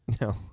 no